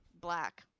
Black